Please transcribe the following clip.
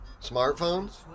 smartphones